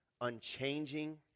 unchanging